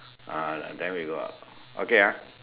uh then we go out okay ah